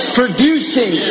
producing